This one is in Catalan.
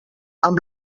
amb